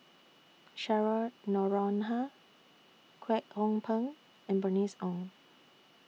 Cheryl Noronha Kwek Hong Png and Bernice Ong